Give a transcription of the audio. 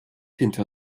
hinter